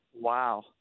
Wow